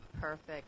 Perfect